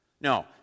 No